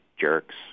jerks